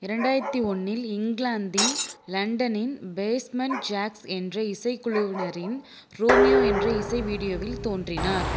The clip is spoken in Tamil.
இரண்டாயிரத்து ஒன்றில் இங்கிலாந்தின் லண்டனின் பேஸ்மென்ட் ஜாக்ஸ் என்ற இசைக்குழுவினரின் ரோமியோ என்ற இசை வீடியோவில் தோன்றினார்